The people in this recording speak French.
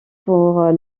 pour